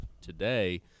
today